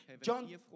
John